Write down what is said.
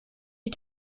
die